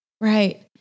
Right